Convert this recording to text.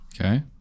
Okay